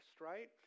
right